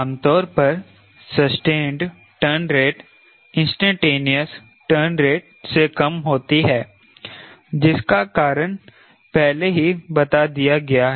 आमतौर पर sustained turn rate instantaneous turn rate से कम होती है जिसका कारण पहले ही बता दिया गया है